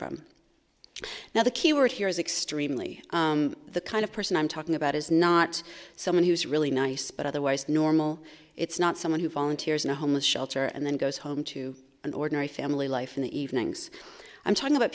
from now the key word here is extremely the kind of person i'm talking about is not someone who's really nice but otherwise normal it's not someone who volunteers in a homeless shelter and then goes home to an ordinary family life in the evenings i'm talking about